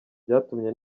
byatumye